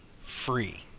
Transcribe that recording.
free